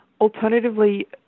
Alternatively